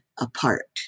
apart